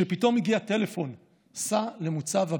ופתאום הגיע טלפון: סע למוצב הברך.